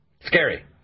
Scary